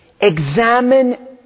Examine